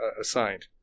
assigned